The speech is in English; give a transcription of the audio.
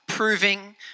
proving